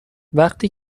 وقتی